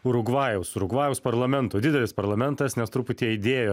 urugvajaus urugvajaus parlamento didelis parlamentas nes truputį aidėjo